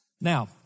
Now